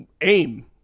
Aim